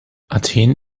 athen